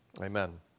Amen